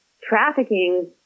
trafficking